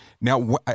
Now